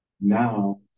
now